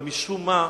אבל משום מה,